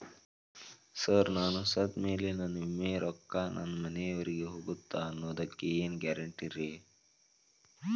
Sir ನಾನು ಸತ್ತಮೇಲೆ ನನ್ನ ವಿಮೆ ರೊಕ್ಕಾ ನನ್ನ ಮನೆಯವರಿಗಿ ಹೋಗುತ್ತಾ ಅನ್ನೊದಕ್ಕೆ ಏನ್ ಗ್ಯಾರಂಟಿ ರೇ?